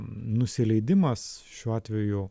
nusileidimas šiuo atveju